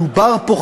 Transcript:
מדובר פה,